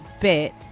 bit